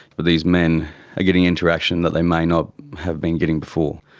these men are getting interaction that they may not have been getting before.